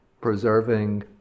preserving